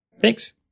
thanks